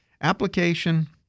Application